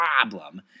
problem